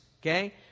Okay